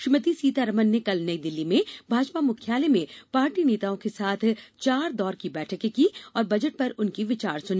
श्रीमती सीतारामन ने कल नई दिल्ली में भाजपा मुख्यालय में पार्टी नेताओं के साथ चार दौर की बैठकें कीं और बजट पर उनके विचार सुने